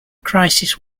crisis